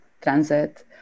transit